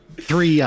three